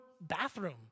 bathroom